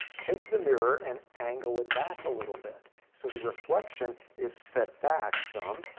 take the mirror and angle it back a little bit so the reflection is set back some.